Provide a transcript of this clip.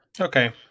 Okay